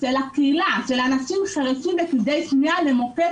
של אנשים חירשים וכבדי שמיעה בקהילה למוקד